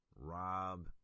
Rob